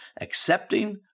accepting